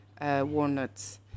walnuts